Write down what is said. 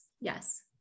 yes